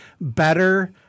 better